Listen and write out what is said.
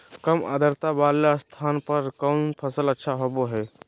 काम आद्रता वाले स्थान पर कौन फसल अच्छा होबो हाई?